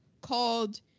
called